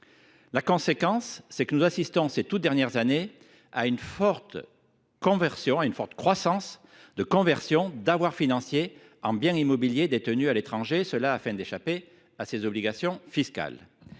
En conséquence, nous assistons ces toutes dernières années à une forte croissance des conversions d’avoirs financiers en biens immobiliers détenus à l’étranger, dont l’objectif est d’échapper à ces obligations fiscales.